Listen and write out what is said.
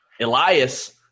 Elias